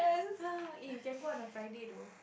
[heh] eh we can go on the Friday tho